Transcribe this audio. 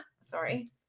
Sorry